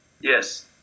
Yes